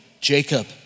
Jacob